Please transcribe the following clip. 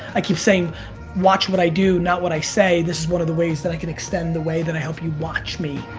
i keep saying watch what i do, not what i say', this is one of the ways that i can extend the way that i help you watch me.